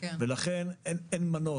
לכן אין מנוס.